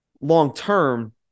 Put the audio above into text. long-term